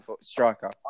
striker